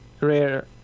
rare